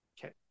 Okay